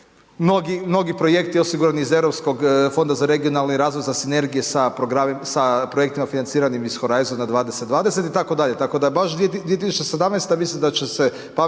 Mnogi projekti osigurani iz Europskog fonda za regionalni razvoj, za sinergije sa projektima financiranim iz Horizon 2020 itd. Tako da je baš 2017. mislim da će se